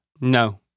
No